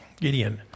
Gideon